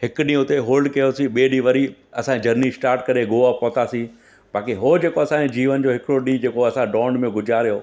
हिकु ॾींहुं हुते होल्ड कयोसीं ॿिए ॾींहुं वरी असां जरनी स्टार्ट करे गोवा पहुतासीं बाक़ी हो जेको असां जे जीवन जो हिकिड़ो ॾींहुं जेको असां दौंड में गुज़ारियो